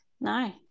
no